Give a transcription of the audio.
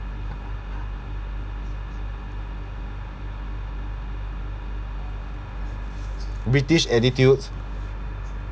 british attitudes